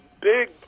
big